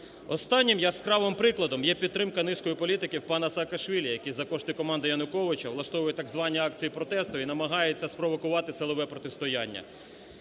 Останнім яскравим прикладом є підтримка низької політики в пана Саакашвілі, який за кошти команди Януковича влаштовує так звані акції протесту і намагається спровокувати силове протистояння.